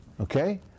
Okay